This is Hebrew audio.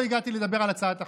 עוד לא הגעתי לדבר על הצעת החוק.